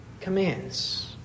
commands